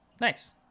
Nice